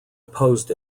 opposed